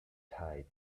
tide